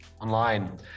online